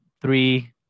three